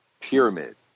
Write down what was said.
pyramid